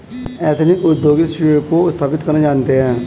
ethnic उद्योगी स्वयं को स्थापित करना जानते हैं